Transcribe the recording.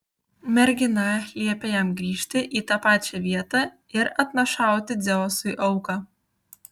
mergina liepė jam grįžti į tą pačią vietą ir atnašauti dzeusui auką